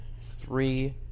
three